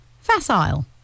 Facile